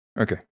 okay